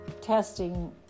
testing